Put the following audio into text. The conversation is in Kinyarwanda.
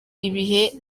ibihe